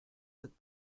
cette